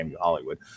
Hollywood